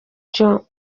cyo